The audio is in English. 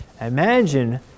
Imagine